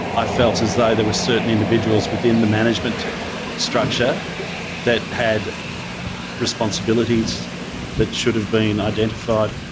i felt as though there were certain individuals within the management structure that had responsibilities that should have been identified.